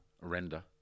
render